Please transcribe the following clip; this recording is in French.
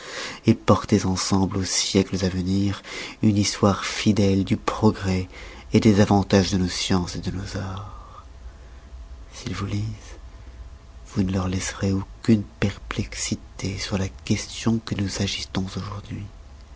et portez ensemble aux siècles à venir une histoire fidèle du progrès des avantages de nos sciences de nos arts s'ils vous lisent vous ne leur laisserez aucune perplexité sur la question que nous agitons aujourd'hui